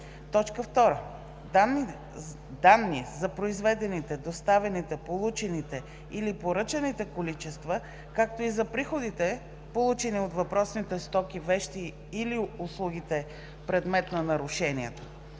2. данни за произведените, доставените, получените или поръчаните количества, както и за приходите, получени от въпросните стоките, вещи или услугите, предмет на нарушението.